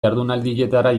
jardunaldietara